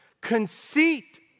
conceit